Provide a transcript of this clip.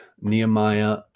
Nehemiah